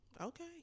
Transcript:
okay